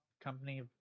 company